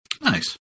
Nice